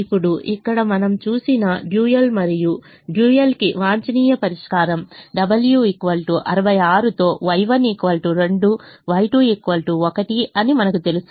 ఇప్పుడు ఇక్కడ మనం చూసిన డ్యూయల్ మరియు డ్యూయల్కి వాంఛనీయ పరిష్కారం W 66 తో Y1 2Y2 1 అని మనకు తెలుసు